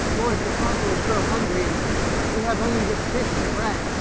lord, your followers grow hungry and we have only this fish and bread.